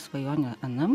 svajonė anam